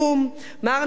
מר נתניהו,